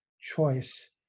choice